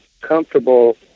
comfortable